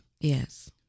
Yes